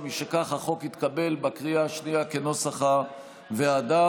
ומשכך החוק התקבל בקריאה השנייה כנוסח הוועדה.